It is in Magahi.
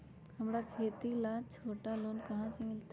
हमरा खेती ला छोटा लोने कहाँ से मिलतै?